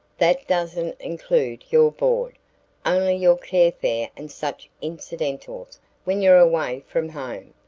that doesn't include your board only your carfare and such incidentals when you're away from home.